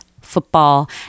football